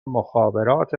مخابرات